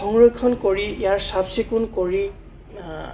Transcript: সংৰক্ষণ কৰি ইয়াৰ চাফ চিকুণ কৰি